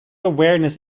awareness